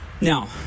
now